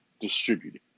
distributed